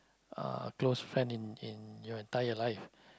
uh close friend in in your entire life